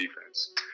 defense